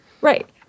Right